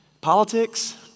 Politics